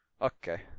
Okay